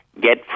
get